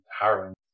harrowing